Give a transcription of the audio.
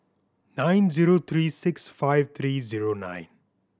nine zero three six five three zero nine